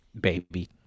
baby